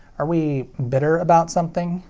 are we bitter about something,